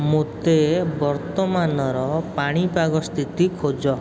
ମୋତେ ବର୍ତ୍ତମାନର ପାଣିପାଗ ସ୍ଥିତି ଖୋଜ